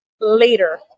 later